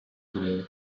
breve